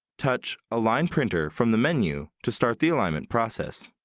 touch align printer from the menu to start the alignment process.